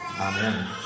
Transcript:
Amen